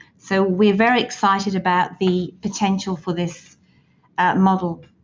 so we are very excited about the potential for this model.